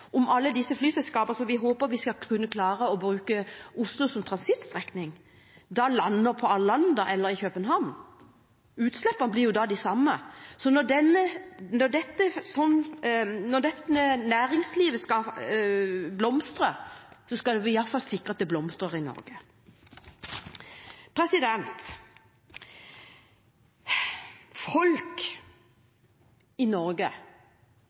om alle flyselskapene som vi håper skal klare å bruke Oslo som transitt, lander på Arlanda eller i København. Utslippene blir de samme. Når denne delen av næringslivet skal blomstre, skal vi i alle fall sikre at det blomstrer i Norge. Folk i Norge